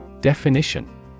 Definition